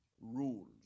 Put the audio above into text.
rules